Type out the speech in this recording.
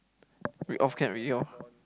read off can already lor